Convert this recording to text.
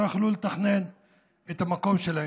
לא יכלו לתכנן את המקום שלהם.